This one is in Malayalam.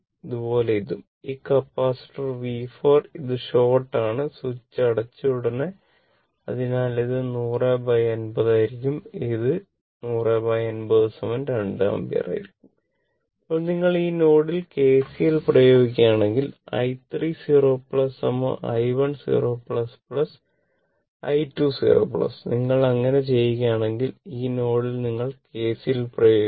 അതുപോലെ ഇതും ഈ കപ്പാസിറ്റർ V 4 ഇത് ഷോർട് ആണ് സ്വിച്ച് അടച്ചയുടനെ അതിനാൽ ഇത് 100 50 ആയിരിക്കും ഇത് 100 50 2 ആമ്പിയർ ആയിരിക്കും ഇപ്പോൾ നിങ്ങൾ ഈ നോഡിൽ KCL പ്രയോഗിക്കുകയാണെങ്കിൽ i3 0 i10 i20 നിങ്ങൾ അങ്ങനെ ചെയ്യുകയാണെങ്കിൽ ഈ നോഡിൽ നിങ്ങൾ KCL പ്രയോഗിക്കുക